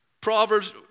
Proverbs